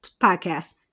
podcast